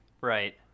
Right